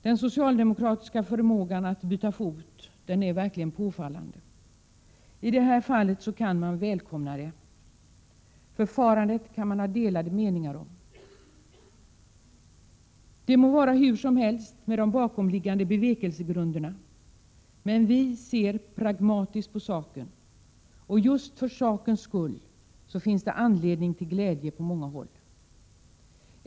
Den socialdemokratiska förmågan att byta fot är verkligen påfallande. I det här fallet kan detta välkomnas, även om man kan ha delade meningar om förfarandet i sig. Det må vara hur som helst med de bakomliggande bevekelsegrunderna, men vi ser pragmatiskt på frågan, och just därför finns det anledning till glädje på många håll.